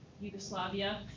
Yugoslavia